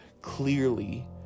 clearly